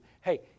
Hey